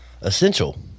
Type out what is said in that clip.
essential